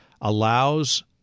allows